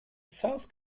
south